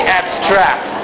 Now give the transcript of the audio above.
abstract